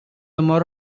ମୋର